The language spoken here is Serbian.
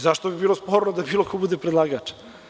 Zašto bi bilo sporno da bilo ko bude predlagač?